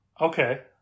Okay